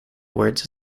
words